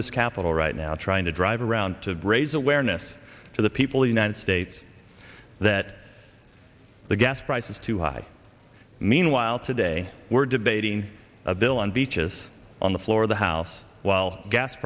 this capital right now trying to drive around to raise awareness for the people united states that the gas prices too high meanwhile today we're debating a bill on beaches on the floor of the house while gas